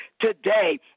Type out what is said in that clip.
today